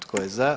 Tko je za?